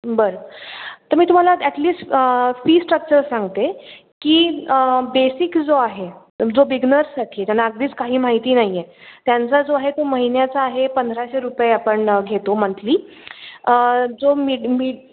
बरं तर मी तुम्हाला ॲटलिस्ट फी स्ट्रक्चर सांगते की बेसिक जो आहे जो बिग्नर्ससाठी त्यांना अगदीच काही माहिती नाही आहे त्यांचा जो आहे तो महिन्याचा आहे पंधराशे रुपये आपण घेतो मंथली जो मीड मी